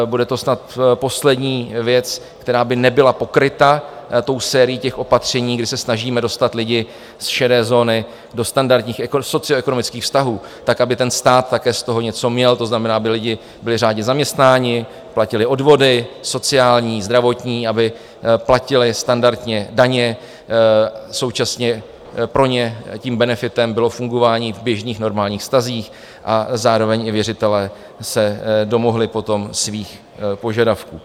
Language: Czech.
Bude to snad poslední věc, která by nebyla pokryta tou sérií opatření, kdy se snažíme dostat lidi z šedé zóny do standardních socioekonomických vztahů tak, aby stát také z toho něco měl, to znamená, aby lidé byli řádně zaměstnáni, platili odvody sociální, zdravotní, aby platili standardně daně, současně pro ně tím benefitem bylo fungování v běžných normálních vztazích a zároveň i věřitelé se domohli potom svých požadavků.